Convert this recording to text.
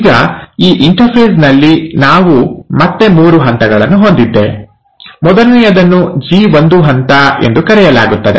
ಈಗ ಈ ಇಂಟರ್ಫೇಸ್ ನಲ್ಲಿ ನಾವು ಮತ್ತೆ ಮೂರು ಹಂತಗಳನ್ನು ಹೊಂದಿದ್ದೇವೆ ಮೊದಲನೆಯದನ್ನು ಜಿ1 ಹಂತ ಎಂದು ಕರೆಯಲಾಗುತ್ತದೆ